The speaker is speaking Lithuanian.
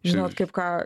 žinot kaip ką